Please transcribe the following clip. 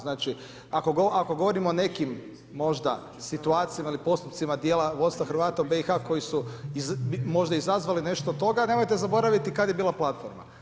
Znači ako govorimo o nekim možda situacijama ili postupcima dijela vodstva Hrvata u BiH koji su možda izazvali nešto od toga, nemojte zaboraviti kada je bila platforma.